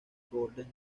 golders